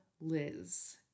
Liz